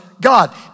God